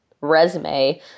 resume